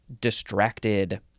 distracted